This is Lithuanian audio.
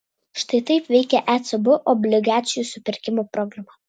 štai taip veikia ecb obligacijų supirkimo programa